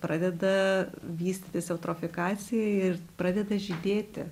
pradeda vystytis eutrofikacijai ir pradeda žydėti